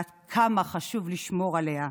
ועד כמה חשוב לשמור עליה,